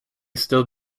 still